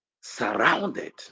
surrounded